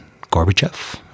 Gorbachev